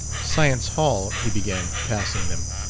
science hall, he began, passing them.